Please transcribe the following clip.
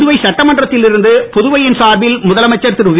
புதுவை சட்டமன்றத்தில் இருந்து புதுவையின் சார்பில் முதலமைச்சர் திருவி